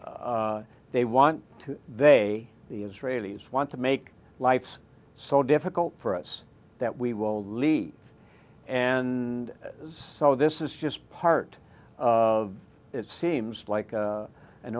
they want to they the israelis want to make life so difficult for us that we will leave and so this is just part of it seems like